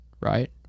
right